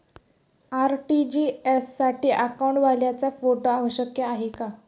RTGS साठी अकाउंटवाल्याचा photo आवश्यक आहे का?